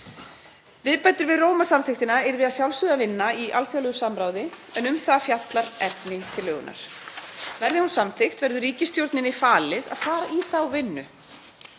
Viðbætur við Rómarsamþykktina yrðu að sjálfsögðu að vinna í alþjóðlegu samráði, en um það fjallar efni tillögunnar. Verði hún samþykkt verður ríkisstjórninni falið að fara í þá vinnu